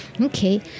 Okay